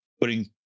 putting